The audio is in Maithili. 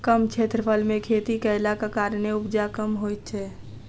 कम क्षेत्रफल मे खेती कयलाक कारणेँ उपजा कम होइत छै